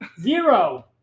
Zero